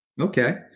Okay